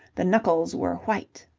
the knuckles were white.